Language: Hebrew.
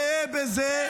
-- גאה בזה,